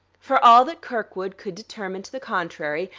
for all that kirkwood could determine to the contrary,